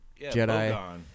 Jedi